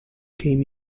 came